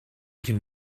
can